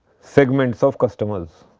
segments of customers.